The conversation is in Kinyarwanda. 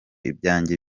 ibyanjye